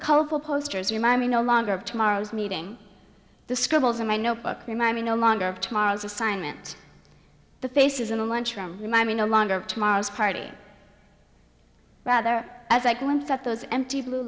colorful posters you my me no longer of tomorrow's meeting the scribbles in my notebook remind me no longer of tomorrow's assignment the faces in the lunchroom remind me no longer of tomorrow's party rather as i go into that those empty blue